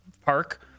park